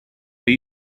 are